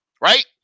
Right